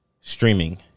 Streaming